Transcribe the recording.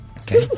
Okay